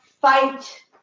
fight